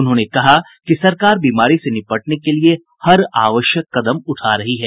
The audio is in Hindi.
उन्होंने कहा कि सरकार बीमारी से निपटने के लिए हर आवश्यक कदम उठा रही है